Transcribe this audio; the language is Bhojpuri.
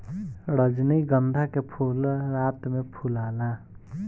रजनीगंधा के फूल रात में फुलाला